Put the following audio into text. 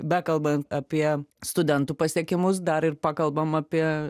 bekalbant apie studentų pasiekimus dar ir pakalbam apie